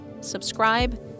subscribe